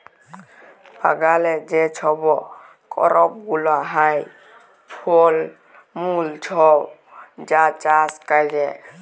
বাগালে যে ছব করপ গুলা হ্যয়, ফল মূল ছব যা চাষ ক্যরে